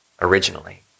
originally